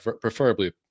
preferably